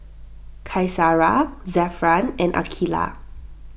Qaisara Zafran and Aqilah